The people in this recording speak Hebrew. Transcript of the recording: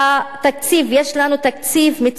התקציב, יש לנו תקציב מצומצם.